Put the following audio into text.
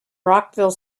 rockville